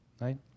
right